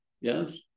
yes